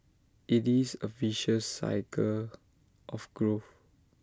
IT is A virtuous cycle of growth